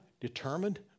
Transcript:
determined